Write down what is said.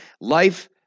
life